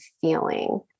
feeling